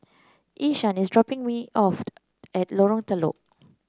Ishaan is dropping me off at Lorong Telok